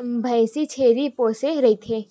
भइसी, छेरी पोसे रहिथे